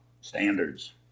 standards